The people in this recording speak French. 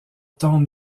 tombe